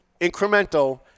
incremental